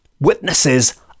witnesses